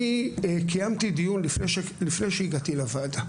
אני קיימתי דיון לפני שהגעתי לוועדה,